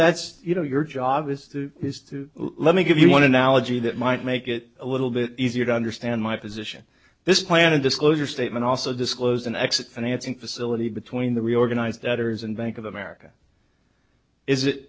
that's you know your job is to let me give you one analogy that might make it a little bit easier to understand my position this plan of disclosure statement also disclosed an exit financing facility between the reorganized debtors and bank of america is